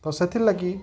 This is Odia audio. ତ ସେଥିଲାଗି